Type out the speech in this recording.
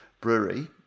brewery